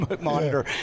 monitor